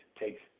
takes